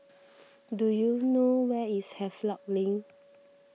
do you know where is Havelock Link